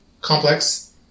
complex